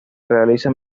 realiza